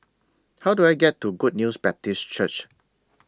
How Do I get to Good News Baptist Church